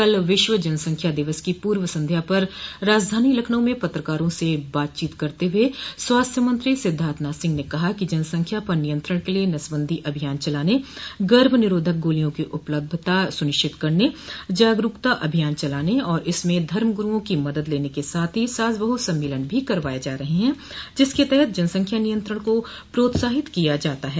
कल विश्व जनसंख्या दिवस की पूर्व संध्या पर राजधानी लखनऊ में पत्रकारों से बातचीत करते हुए स्वास्थ्य मंत्री सिद्धार्थ नाथ सिह ने कहा कि जनसंख्या पर नियंत्रण के लिए नसबंदी अभियान चलाने गर्भ निरोधक गोलियों की उपलब्धता सुनिश्चित करने जागरुकता अभियान चलाने और इसमें धर्मगुरुओं की मदद लेने के साथ ही सास बहू सम्मेलन भी करवाये जा रहे हैं जिसके तहत जनसंख्या नियंत्रण को प्रोत्साहित किया जाता है